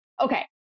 okay